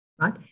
right